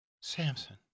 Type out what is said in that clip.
Samson